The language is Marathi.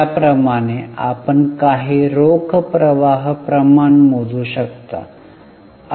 त्याप्रमाणे आपण काही रोख प्रवाह प्रमाण मोजू शकता